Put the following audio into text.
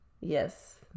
yes